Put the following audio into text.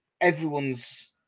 everyone's